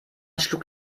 schlug